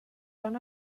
van